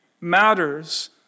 matters